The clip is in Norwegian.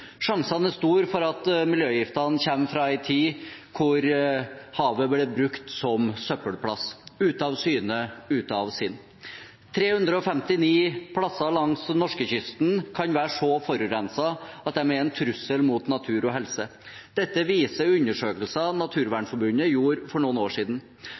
Sjansene er store for at miljøgiftene kommer fra en tid hvor havet ble brukt som søppelplass – ute av syne, ute av sinn. 359 steder langs norskekysten kan være så forurenset at de er en trussel mot natur og helse. Dette viser undersøkelser Naturvernforbundet gjorde for noen år siden.